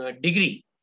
degree